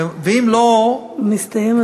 ואם לא, מסתיים הזמן.